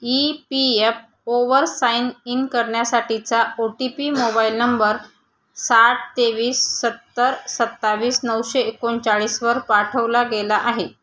E P F ओवर sign in करण्यासाठीचा O T P mobile number साठ तेवीस सत्तर सत्तावीस नऊशे एकोणचाळीसवर पाठवला गेला आहे